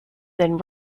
then